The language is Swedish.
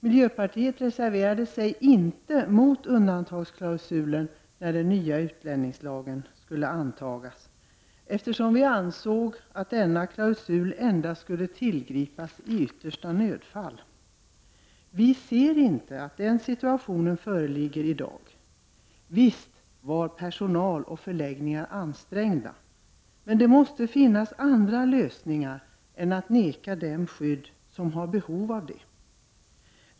Miljöpartiet reserverade sig inte mot undantagsklausulen när den nya utlänningslagen skulle antas, eftersom vi ansåg att denna klausul endast skulle tillgripas i yttersta nödfall. Vi ser inte att den situationen föreligger i dag. Visst var personal och förläggningar ansträngda, men det måste finnas andra lösningar än att vägra dem skydd som har behov av ett skydd.